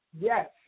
yes